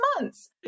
months